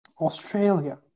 Australia